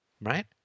Right